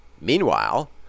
Meanwhile